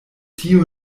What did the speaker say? tio